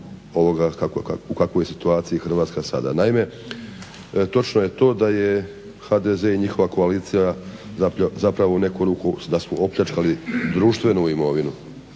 u kakvoj je situaciji sada. Naime, točno je to da je HDZ i njihova koalicija zapravo u neku ruku da su opljačkali društvenu imovinu,